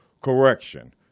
Correction